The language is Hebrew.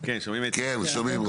כן, שומעים.